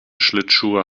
schlittschuhe